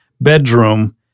bedroom